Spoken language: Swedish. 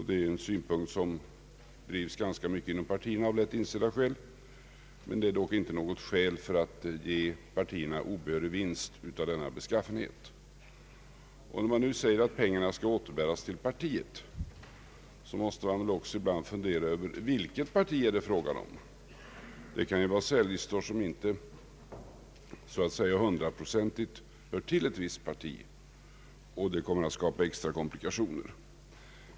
Det är en synpunkt som av lätt insedda skäl drivs ganska mycket inom partierna, men det är inte något motiv för att ge partierna en obehörig vinst av denna beskaffenhet. När det nu säges att pengarna skall återbäras till partiet, måste man väl också ibland fundera över vilket parti det är fråga om. Det kan ju vara särlistor som inte hundraprocentigt hör till ett visst parti, och det kommer att skapa extra komplikationer.